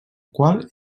qual